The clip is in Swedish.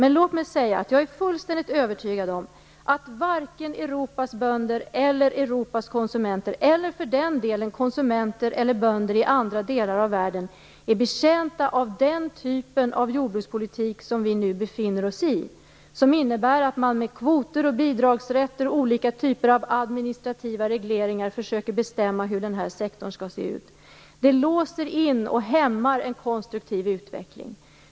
Men låt mig säga att jag är fullständigt övertygad om att varken Europas bönder eller Europas konsumenter, eller för den del bönder eller konsumenter i andra delar av världen, är betjänta av den typ av jordbrukspolitik som vi nu befinner oss i, som innebär att man med kvoter, bidragsrätter och olika typer av administrativa regleringar försöker bestämma hur denna sektor skall se ut. Det låser in och hämmar en konstruktiv utveckling.